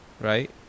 right